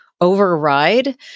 override